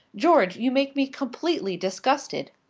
george, you make me completely disgusted.